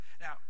Now